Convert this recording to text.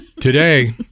Today